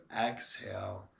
exhale